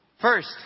First